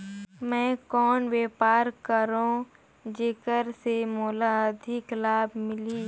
मैं कौन व्यापार करो जेकर से मोला अधिक लाभ मिलही?